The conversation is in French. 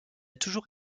toujours